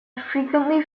frequently